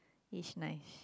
it's nice